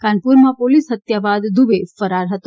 કાનપુરમાં police હત્યા બાદ દુબે ફરાર હતો